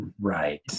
Right